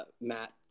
Matt